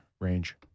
range